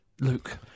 Luke